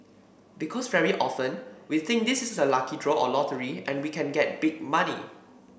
because very often we think this is a lucky draw or lottery and we can get big money